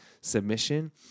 submission